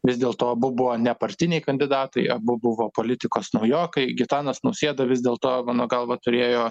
vis dėlto abu buvo nepartiniai kandidatai abu buvo politikos naujokai gitanas nausėda vis dėlto mano galva turėjo